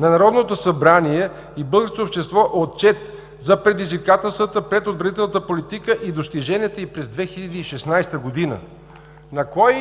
на Народното събрание и българското общество отчет за предизвикателствата пред отбранителната политика и достиженията й през 2016 г.“ На кой